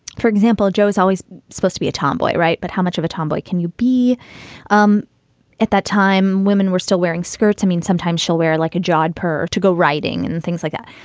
for example, joe's always supposed to be a tomboy. right. but how much of a tomboy can you be um at that time? women were still wearing skirts. i mean, sometimes she'll wear like a jod per to go writing and things like that.